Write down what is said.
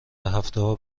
هفتهها